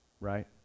Right